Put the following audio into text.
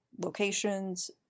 locations